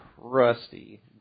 crusty